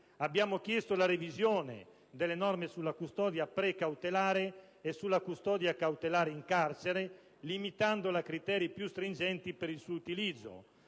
abbiamo chiesto la revisione delle norme sulla custodia precautelare e sulla custodia cautelare in carcere, limitandola a criteri più stringenti per il suo utilizzo.